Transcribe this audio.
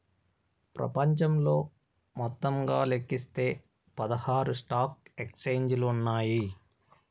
ప్రపంచంలో మొత్తంగా లెక్కిస్తే పదహారు స్టాక్ ఎక్స్చేంజిలు ఉన్నాయి